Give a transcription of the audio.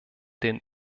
den